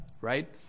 right